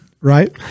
right